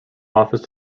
office